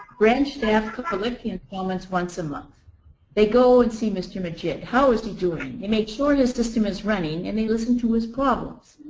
branch staff to collect the installments once a month they go and see mister majid. how is he doing? you make sure his system is running and they listen to his problems,